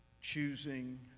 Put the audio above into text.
choosing